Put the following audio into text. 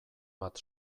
bat